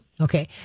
okay